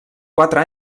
quatre